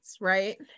right